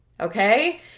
okay